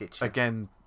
again